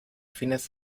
fines